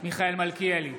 מיכאל מלכיאלי,